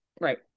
Right